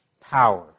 power